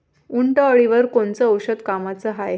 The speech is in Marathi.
उंटअळीवर कोनचं औषध कामाचं हाये?